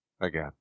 Again